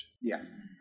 Yes